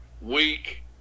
weak